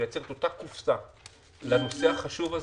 לייצר את אותה קופסה לנושא החשוב הזה.